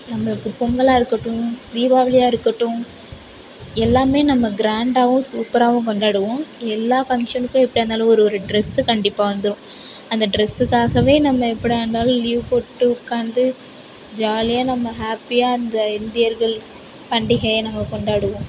நம்மளுக்கு பொங்கலாக இருக்கட்டும் தீபாவளியாக இருக்கட்டும் எல்லாமே நம்ம கிராண்டாகவும் சூப்பராகவும் கொண்டாடுவோம் எல்லா ஃபங்ஷனுக்கும் எப்படியாருந்தாலும் ஒரு ஒரு ட்ரெஸு கண்டிப்பாக வந்துரும் அந்த ட்ரெஸுக்காகவே நம்ம எப்படியா இருந்தாலும் லீவு போட்டுவிட்டு உட்காந்து ஜாலியாக நம்ம ஹேப்பியாக இந்த இந்தியர்கள் பண்டிகையை நம்ம கொண்டாடுவோம்